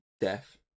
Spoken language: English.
Death